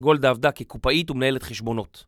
גולדה עבדה כקופאית ומנהלת חשבונות